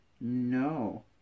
no